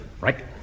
Right